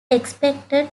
expected